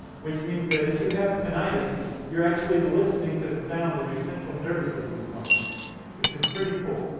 which means that if you have tinnitus, you're actually listening to the sounds of your central nervous system functioning which is pretty cool.